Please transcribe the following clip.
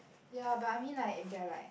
ya but I mean like if they're like